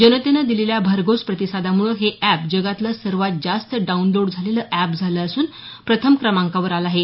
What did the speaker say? जनतेनं दिलेल्या भरघोस प्रतिसादामुळं हे अॅप जगातलं सर्वात जास्त डाऊनलोड झालेलं अॅप झालं असून प्रथम क्रमांकावर आलं आहे